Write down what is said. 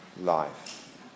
life